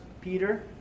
peter